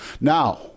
Now